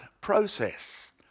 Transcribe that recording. process